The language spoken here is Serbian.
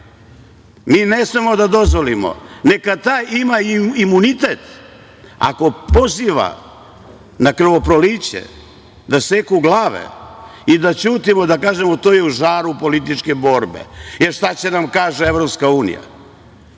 ne smemo da dozvolimo, neka taj ima imunitet, ako poziva na krvoproliće, da seku glave i da ćutimo, da kažemo to je u žaru političke borbe, jer šta će da nam kaže EU. Koja